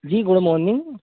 G good morning